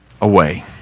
away